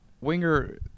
Winger